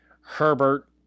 Herbert